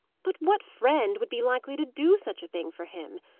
but what friend would be likely to do such a thing for him?